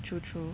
true true